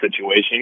situation